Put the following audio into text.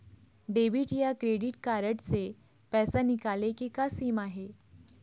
Debit या credit card से पैसा निकाले के का सीमा हे?